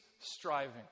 striving